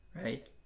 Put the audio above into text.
Right